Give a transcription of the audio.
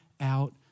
out